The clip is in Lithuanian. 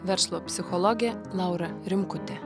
verslo psichologė laura rimkutė